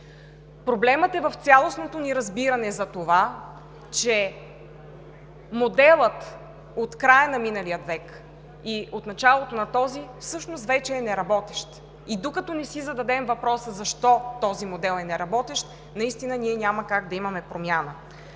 Проблемът е в цялостното ни разбиране за това, че моделът от края на миналия век и от началото на този, всъщност вече е неработещ. Докато не си зададем въпроса: защо този модел е неработещ, ние няма как да имаме промяна.